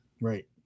Right